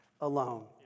alone